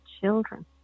children